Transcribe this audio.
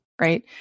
right